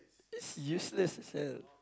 it's useless [sial]